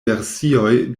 versioj